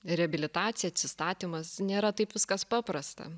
reabilitacija atsistatymas nėra taip viskas paprasta